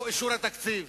או אישור התקציב.